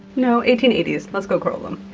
no, eighteen eighty s. let's go curl them.